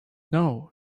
know